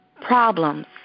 problems